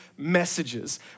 Messages